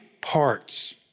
parts